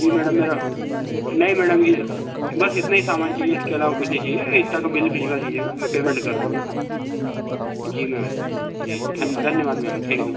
जी madam मेरा नहीं madam जी बस इतना ही सामान चाहिए इसके अलावा कुछ नहीं चाहिए और इतना का बिल भिजवा दीजिएगा मैं पेमेंट कर दूंगा न जी मैम जी धन धन्यवाद मैम थैंक यू